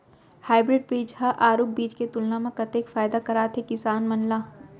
Hybrid बीज हा आरूग बीज के तुलना मा कतेक फायदा कराथे किसान मन ला?